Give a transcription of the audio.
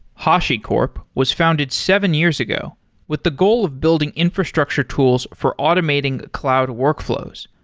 hashicorp was founded seven years ago with the goal of building infrastructure tools for automating cloud workflows,